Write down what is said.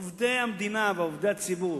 עובדי המדינה ועובדי הציבור,